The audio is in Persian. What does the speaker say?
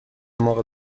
موقع